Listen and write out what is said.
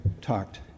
talked